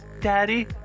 daddy